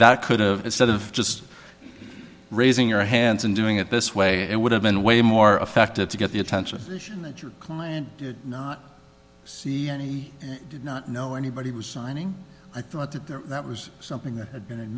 that could've instead of just raising your hands and doing it this way it would have been way more effective to get the attention that your client see and he not know anybody was signing i thought that that was something that